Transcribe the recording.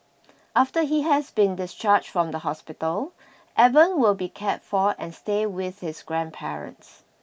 after he has been discharged from the hospital Evan will be cared for and stay with his grandparents